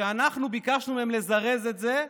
כשאנחנו ביקשנו מהם לזרז את זה,